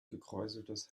gekräuseltes